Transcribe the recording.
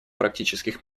практических